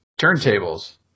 turntables